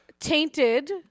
Tainted